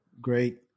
great